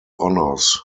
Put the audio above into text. honors